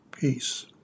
peace